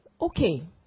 Okay